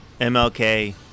MLK